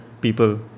people